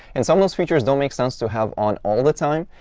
and some of those features don't make sense to have on all the time,